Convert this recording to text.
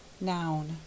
Noun